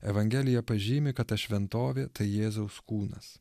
evangelija pažymi kad ta šventovė tai jėzaus kūnas